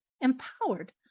empowered